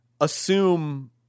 assume